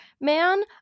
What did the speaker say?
man